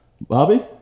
Bobby